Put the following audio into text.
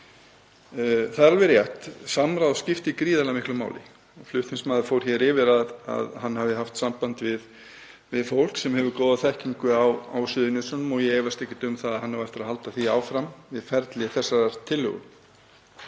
Það er alveg rétt að samráð skiptir gríðarlega miklu máli. Flutningsmaður fór hér yfir það að hann hafi haft samband við fólk sem hefur góða þekkingu á Suðurnesjunum og ég efast ekkert um að hann eigi eftir að halda því áfram við ferli þessarar tillögu.